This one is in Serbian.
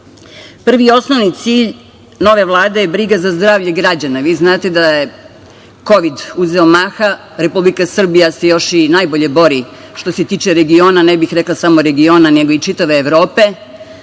i osnovni cilj nove Vlade je briga za zdravlje građana. Znate da je Kovid uzeo maha, Republika Srbija se još i najbolje bori, što se tiče regiona, ne bih rekla samo regiona, nego i čitave Evrope,